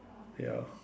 ya